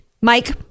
Mike